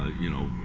you know,